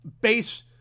base